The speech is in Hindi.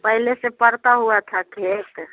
पहले से परका हुआ था खेत